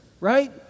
right